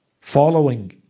Following